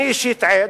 אני אישית עד,